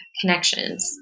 connections